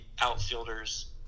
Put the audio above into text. outfielders